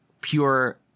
pure